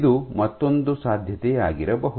ಇದು ಮತ್ತೊಂದು ಸಾಧ್ಯತೆಯಾಗಿರಬಹುದು